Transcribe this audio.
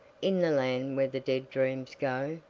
in the land where the dead dreams go.